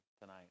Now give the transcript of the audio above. tonight